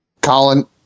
Colin